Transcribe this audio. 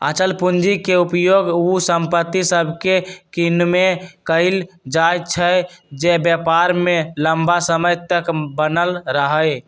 अचल पूंजी के उपयोग उ संपत्ति सभके किनेमें कएल जाइ छइ जे व्यापार में लम्मा समय तक बनल रहइ